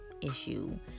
issue